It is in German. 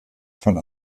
von